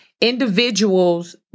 individuals